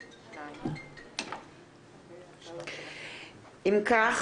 2 ההצעה נתקבלה אם כך,